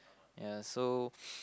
ya so